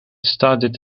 studied